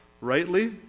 rightly